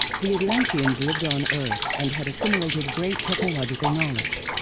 the atlanteans lived on earth and had assimilated great technological knowledge.